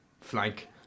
flank